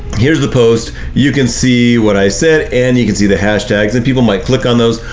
here's the post, you can see what i said and you can see the hashtags, and people might click on those.